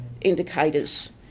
indicators